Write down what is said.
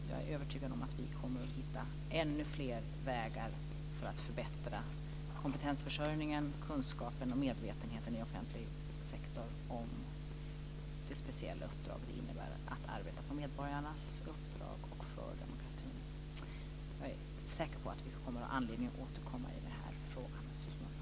Jag är övertygad om att vi kommer att hitta ännu fler vägar för att förbättra kompetensförsörjningen samt kunskapen och medvetenheten i offentlig sektor om det speciella som det innebär att arbeta på medborgarnas uppdrag för demokratin. Jag är säker på att vi kommer att få anledning att återkomma i den här frågan så småningom.